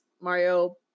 mario